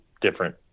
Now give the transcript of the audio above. different